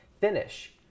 Finish